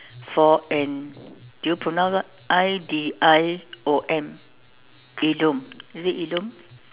for an do you pronounce what I D I O M idiom is it idiom